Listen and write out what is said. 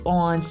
on